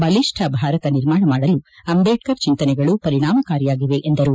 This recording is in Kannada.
ಬಲಿಷ್ಠ ಭಾರತ ನಿರ್ಮಾಣ ಮಾಡಲು ಅಂಬೇಡ್ಕರ್ ಚಿಂತನೆಗಳು ಪರಿಣಾಮಕಾರಿಯಾಗಿವೆ ಎಂದರು